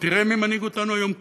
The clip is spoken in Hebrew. ותראה מי מנהיג אותנו היום כאן.